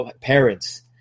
parents